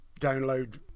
download